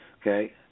Okay